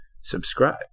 subscribe